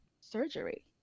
surgery